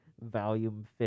volume